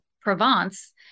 Provence